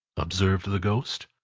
observed the ghost.